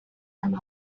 some